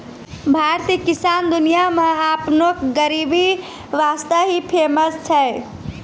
भारतीय किसान दुनिया मॅ आपनो गरीबी वास्तॅ ही फेमस छै